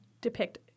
depict